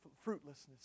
fruitlessness